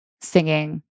singing